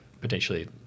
potentially